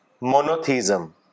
monotheism